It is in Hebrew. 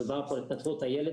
דבר כמו התפתחות הילד,